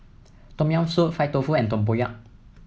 Tom Yam Soup Fried Tofu and Tempoyak